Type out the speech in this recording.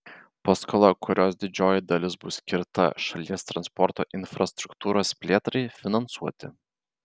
paskolą kurios didžioji dalis bus skirta šalies transporto infrastruktūros plėtrai finansuoti